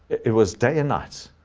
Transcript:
it was day and night,